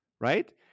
right